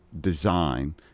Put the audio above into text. design